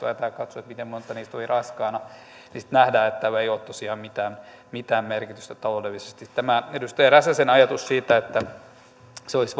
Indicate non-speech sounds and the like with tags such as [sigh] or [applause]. [unintelligible] on naisia ja sitten jos lähdetään katsomaan miten monta heistä oli raskaana niin nähdään että tällä ei ole tosiaan mitään mitään merkitystä taloudellisesti tämä edustaja räsäsen ajatus siitä että se olisi [unintelligible]